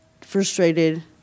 frustrated